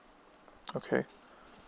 okay